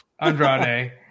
Andrade